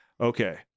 okay